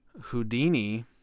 Houdini